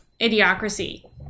Idiocracy